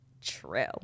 True